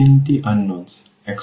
তিনটি অজানা x1 x2 x3